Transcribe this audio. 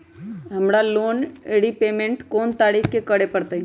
हमरा loan repayment कोन तारीख के करे के परतई?